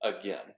again